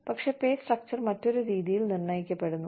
പക്ഷേ pay structure മറ്റൊരു രീതിയിൽ നിർണ്ണയിക്കപ്പെടുന്നു